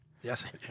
Yes